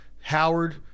howard